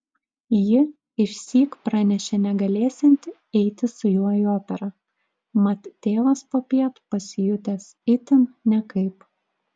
ji išsyk pranešė negalėsianti eiti su juo į operą mat tėvas popiet pasijutęs itin nekaip